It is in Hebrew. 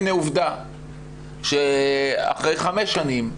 הנה עובדה שאחרי חמש שנים,